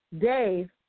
Dave